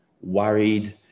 worried